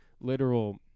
literal